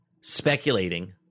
speculating